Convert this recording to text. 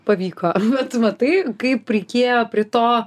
pavyko bet tu matai kaip reikėjo prie to